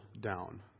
down